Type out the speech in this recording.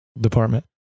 department